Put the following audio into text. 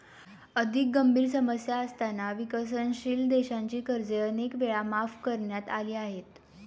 अधिक गंभीर समस्या असताना विकसनशील देशांची कर्जे अनेक वेळा माफ करण्यात आली आहेत